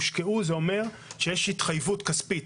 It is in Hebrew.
"הושקעו" זה אומר שיש התחייבות כספית,